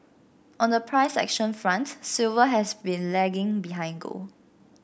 on the price action front silver has been lagging behind gold